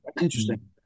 interesting